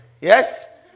yes